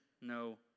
no